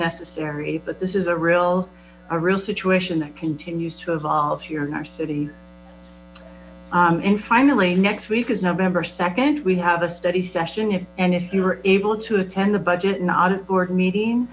necessary but this is a real a real situation that continues to evolve here in our city and finally next week is november nd we have a study session if and if you are able to attend the budget audit board meeting